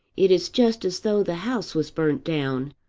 it is just as though the house was burnt down,